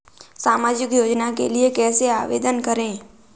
सामाजिक योजना के लिए कैसे आवेदन करें?